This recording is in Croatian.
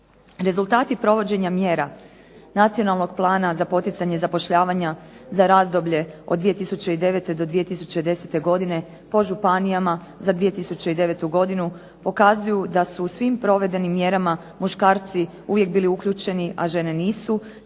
Rezultati provođenja mjera Nacionalnog plana za poticanje zapošljavanja za razdoblje od 2009. do 2010. godine po županijama za 2009. godinu pokazuju da su u svim provedenim mjerama muškarci uvijek bili uključeni, a žene nisu